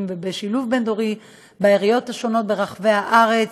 ובשילוב בין-דורי בעיריות השונות ברחבי הארץ.